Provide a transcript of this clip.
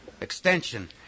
Extension